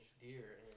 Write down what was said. deer